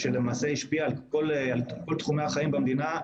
שהשפיע על כל תחומי החיים במדינה,